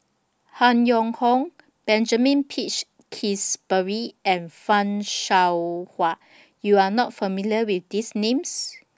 Han Yong Hong Benjamin Peach Keasberry and fan Shao Hua YOU Are not familiar with These Names